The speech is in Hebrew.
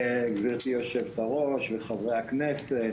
גברתי היושבת-ראש וחברי הכנסת,